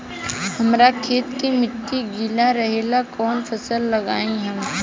हमरा खेत के मिट्टी गीला रहेला कवन फसल लगाई हम?